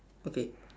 okay